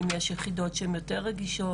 אם יש יחידות שהן יותר רגישות?